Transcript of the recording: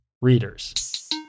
readers